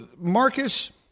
Marcus